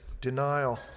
denial